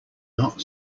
not